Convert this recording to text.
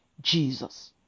Jesus